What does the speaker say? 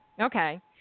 Okay